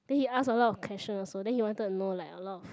then he asked a lot of question also then he wanted to know like a lot of